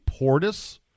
Portis